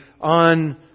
on